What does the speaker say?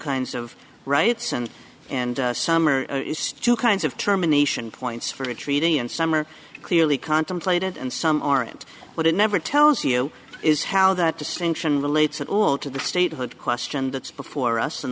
kinds of rights and and some are two kinds of terminations points for a treaty and some are clearly contemplated and some aren't but it never tells you is how that distinction relates to the statehood question that's before us and